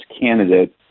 candidate